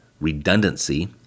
redundancy